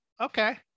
Okay